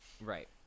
Right